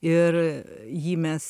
ir jį mes